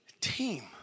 team